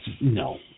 No